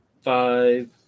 five